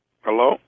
Hello